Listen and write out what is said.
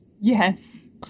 Yes